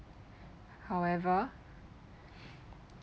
however